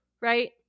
right